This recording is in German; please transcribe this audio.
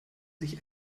sich